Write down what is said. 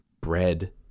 bread